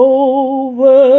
over